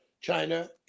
China